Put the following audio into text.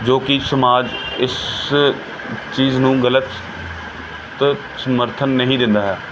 ਜੋ ਕਿ ਸਮਾਜ ਇਸ ਚੀਜ਼ ਨੂੰ ਗਲਤ ਤ ਸਮਰਥਨ ਨਹੀਂ ਦਿੰਦਾ ਹੈ